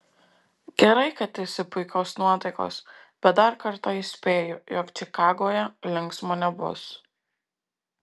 gerai kad esi puikios nuotaikos bet dar kartą įspėju jog čikagoje linksma nebus